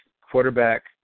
quarterback